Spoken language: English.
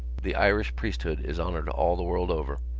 the irish priesthood is honoured all the world over.